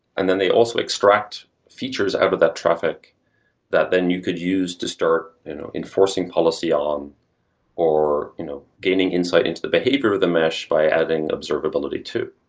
and then they also extract features out of that traffic that then you could use to start enforcing policy on or you know gaining insight into the behavior of the mesh by adding observability too.